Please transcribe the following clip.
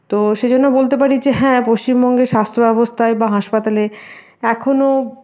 তো সে জন্য বলতে পারি যে হ্যাঁ পশ্চিমবঙ্গে স্বাস্থ্য ব্যবস্থায় বা হাসপাতালে এখনও